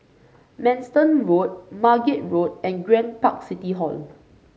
Manston Road Margate Road and Grand Park City Hall